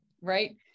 right